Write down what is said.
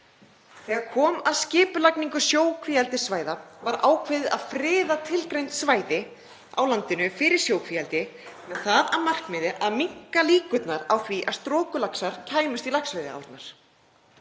Þegar kom að skipulagningu sjókvíaeldissvæða var ákveðið að friða tilgreind svæði á landinu fyrir sjókvíaeldi með það að markmiði að minnka líkurnar á því að strokulaxar kæmust í laxveiðiárnar.